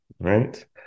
right